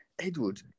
Edward